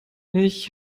ich